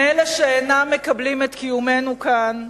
שאינם מקבלים את קיומנו כאן,